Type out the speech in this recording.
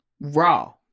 raw